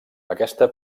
aquesta